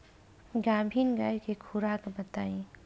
गाभिन गाय के खुराक बताई?